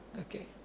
Okay